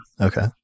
Okay